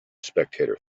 spectator